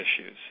issues